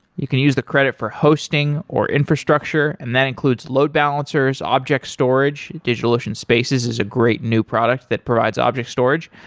you can use the credit for hosting, or infrastructure and that includes load balancers, object storage, digitalocean spaces is a great new product that provides object storage,